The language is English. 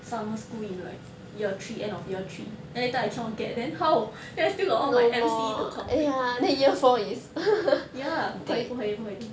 summer school in like year three end of year three then later I cannot get then how then I still got my M_C to complete ya 不可以不可以不可以